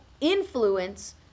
influence